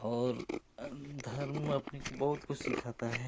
और धर्म अपनी बहुत कुछ सिखाता है